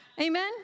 Amen